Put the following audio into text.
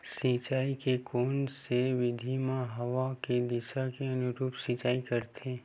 सिंचाई के कोन से विधि म हवा के दिशा के अनुरूप सिंचाई करथे?